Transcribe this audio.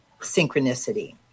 synchronicity